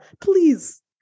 please